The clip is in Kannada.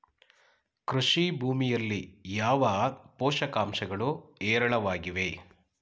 ಕೃಷಿ ಭೂಮಿಯಲ್ಲಿ ಯಾವ ಪೋಷಕಾಂಶಗಳು ಹೇರಳವಾಗಿವೆ?